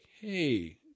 hey